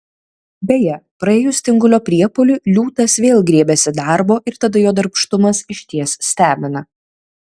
beje praėjus tingulio priepuoliui liūtas vėl griebiasi darbo ir tada jo darbštumas išties stebina